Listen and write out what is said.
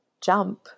jump